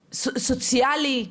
סוציאלי,